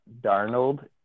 Darnold